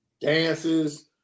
dances